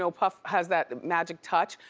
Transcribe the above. so puff has that magic touch.